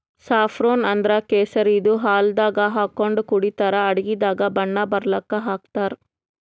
saffron ಅಂದ್ರ ಕೇಸರಿ ಇದು ಹಾಲ್ದಾಗ್ ಹಾಕೊಂಡ್ ಕುಡಿತರ್ ಅಡಗಿದಾಗ್ ಬಣ್ಣ ಬರಲಕ್ಕ್ ಹಾಕ್ತಾರ್